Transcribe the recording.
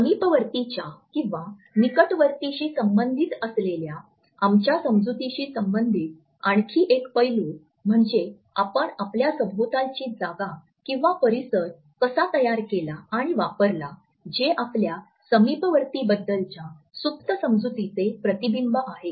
समीपवर्तीच्या किंवा निकटवर्तीशी संबंधित असलेल्या आमच्या समजुतीशी संबंधित आणखी एक पैलू म्हणजे आपण आपल्या सभोवतालची जागा किंवा परिसर कसा तयार केला आणि वापरला जे आपल्या समीपवर्तीबद्दलच्या सुप्त समजुतीचे प्रतिबिंब आहे